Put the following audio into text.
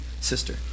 sister